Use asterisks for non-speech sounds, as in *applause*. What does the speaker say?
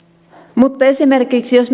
esimerkiksi jos *unintelligible*